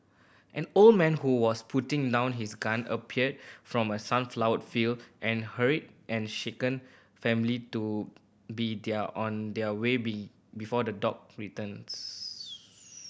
an old man who was putting down his gun appeared from the sunflower field and hurried and shaken family to be their on their way be before the dog returns